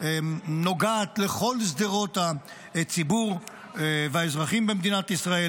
נוגעת לכל שדרות הציבור והאזרחים במדינת ישראל.